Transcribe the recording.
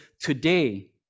today